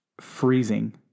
freezing